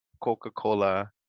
Coca-Cola